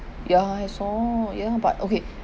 ya I saw ya but okay